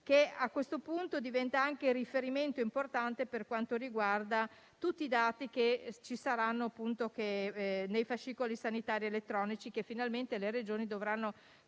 che a questo punto diventa anche riferimento importante per quanto riguarda tutti i dati che saranno contenuti nei fascicoli sanitari elettronici che finalmente le Regioni dovranno